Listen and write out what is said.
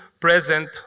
present